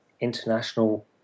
international